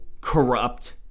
corrupt